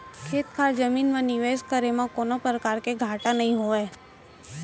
खेत खार जमीन म निवेस करे म कोनों परकार के घाटा नइ होवय